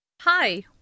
Hi